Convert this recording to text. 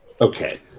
Okay